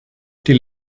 die